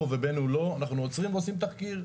ובין אם לא אנחנו עוצרים ועושים תחקיר,